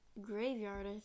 graveyard